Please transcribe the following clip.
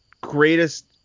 greatest